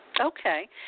Okay